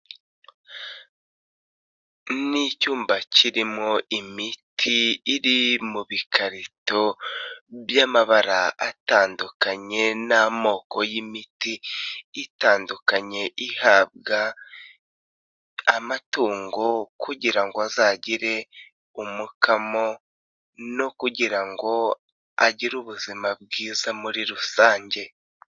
nNi icyuma kirimo imiti, iri mu bikarito by'amabara atandukanye n'amoko y'imiti itandukanye, ihabwa amatungo kugira ngo azagire umukamo no kugira ngo agire ubuzima bwiza muri rusange.